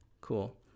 Cool